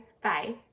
bye